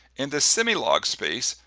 in this semi-log space,